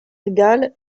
gall